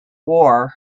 war